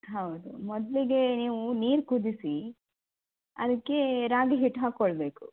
ಹೌದು ಮೊದಲಿಗೆ ನೀವು ನೀರು ಕುದಿಸಿ ಅದಕ್ಕೆ ರಾಗಿ ಹಿಟ್ಟು ಹಾಕೊಳ್ಳಬೇಕು